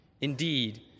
Indeed